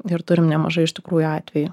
ir turim nemažai iš tikrųjų atvejų